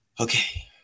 okay